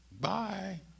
Bye